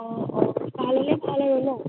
অ অ